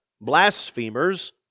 blasphemers